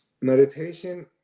meditation